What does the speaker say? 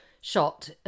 shot